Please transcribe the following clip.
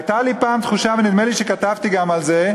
הייתה לי פעם תחושה, ונדמה לי שגם כתבתי על זה,